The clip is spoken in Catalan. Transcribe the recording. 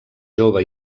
jove